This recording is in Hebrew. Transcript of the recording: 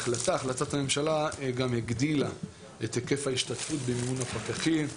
החלטת הממשלה גם הגדילה את היקף ההשתתפות במימון הפקחים.